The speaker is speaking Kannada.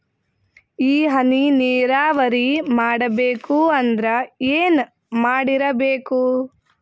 ಈ ಹನಿ ನೀರಾವರಿ ಮಾಡಬೇಕು ಅಂದ್ರ ಏನ್ ಮಾಡಿರಬೇಕು?